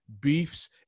beefs